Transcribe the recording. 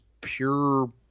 pure